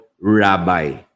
rabbi